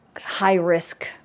high-risk